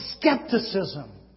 skepticism